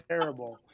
terrible